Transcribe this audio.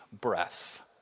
breath